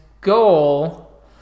goal